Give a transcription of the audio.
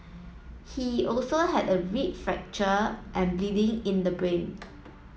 he also had a rib fracture and bleeding in the brain